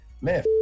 man